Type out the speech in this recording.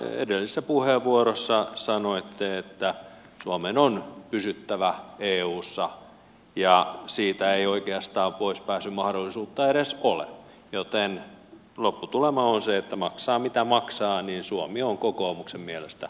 edellisessä puheenvuorossa sanoitte että suomen on pysyttävä eussa ja siitä ei oikeastaan poispääsyn mahdollisuutta edes ole joten lopputulema on se että maksaa mitä maksaa niin suomi on kokoomuksen mielestä eussa